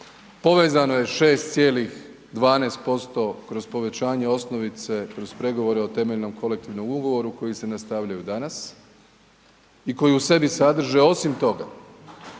povezano je 6,12% kroz povećanje osnovice, kroz pregovore o temeljnom kolektivnom ugovoru koji se nastavljaju danas i koji u sebi sadrže osim toga,